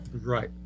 Right